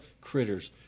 critters